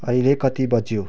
अहिले कति बज्यो